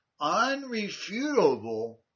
unrefutable